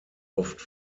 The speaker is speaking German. oft